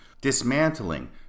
dismantling